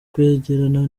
kwegerana